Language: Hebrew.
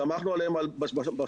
סמכנו עליהם בשמרטפיות.